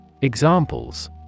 Examples